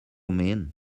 mean